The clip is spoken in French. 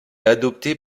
adoptée